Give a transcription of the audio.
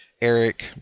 Eric